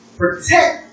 protect